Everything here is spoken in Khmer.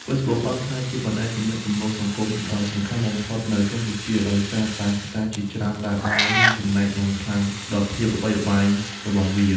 Facebook បានក្លាយជាបណ្តាញទំនាក់ទំនងសង្គមដ៏សំខាន់បំផុតនៅកម្ពុជា ដោយសារតែកត្តាជាច្រើនដែលបានរួមចំណែកយ៉ាងខ្លាំងដល់ភាពល្បីល្បាញរបស់វា។